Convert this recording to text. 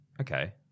Okay